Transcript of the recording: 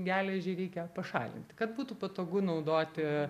geležį reikia pašalinti kad būtų patogu naudoti